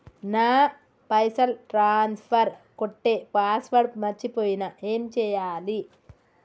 నా పైసల్ ట్రాన్స్ఫర్ కొట్టే పాస్వర్డ్ మర్చిపోయిన ఏం చేయాలి?